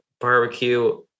Barbecue